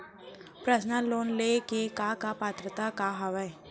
Personal loan ले के का का पात्रता का हवय?